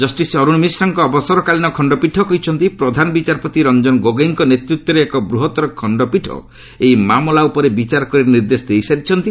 justice Arun ମିଶ୍ରଙ୍କ ଅବସରକାଳୀନ ଖଣ୍ଡପୀଠ କହିଛନ୍ତି ପ୍ରଧାନବିଚାରପତି ରଞ୍ଜନ ଗୋଗୋଇଙ୍କ ନେତୃତ୍ୱରେ ଏକ ବୃହତ୍ତର ଖଣ୍ଡପୀଠ ଏହି ମାମଲା ଉପରେ ବିଚାର କରି ନିର୍ଦ୍ଦେଶ ଦେଇସାରିଛନ୍ତି